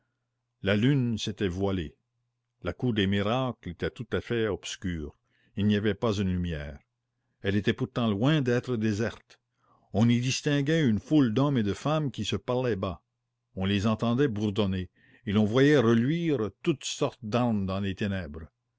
la lune s'était voilée la cour des miracles était tout à fait obscure il n'y avait pas une lumière elle était pourtant loin d'être déserte on y distinguait une foule d'hommes et de femmes qui se parlaient bas on les entendait bourdonner et l'on voyait reluire toutes sortes d'armes dans les ténèbres